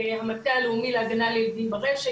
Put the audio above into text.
המטה הלאומי להגנה על ילדים ברשת,